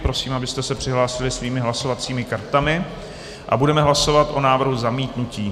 Prosím, abyste se přihlásili svými hlasovacími kartami, a budeme hlasovat o návrhu zamítnutí.